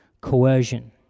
coercion